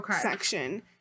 section